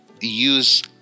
use